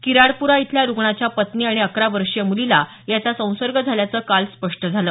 किराडप्रा इथल्या रुग्णाच्या पत्नी आणि अकरा वर्षीय मुलीला याचा संसर्ग झाल्याचं काल स्पष्ट झालं